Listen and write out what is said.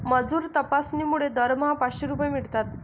मजूर तपासणीमुळे दरमहा पाचशे रुपये मिळतात